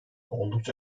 oldukça